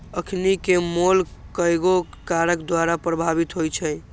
अखनिके मोल कयगो कारक द्वारा प्रभावित होइ छइ